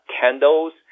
candles